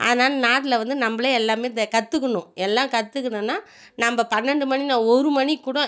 அதனால் நாட்டில் வந்து நம்மளே எல்லாமே தெ கற்றுக்கணும் எல்லாம் கற்றுக்கினோன்னா நம்ம பன்னெண்டு மணி என்ன ஒரு மணிக்குக் கூடம்